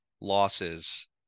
losses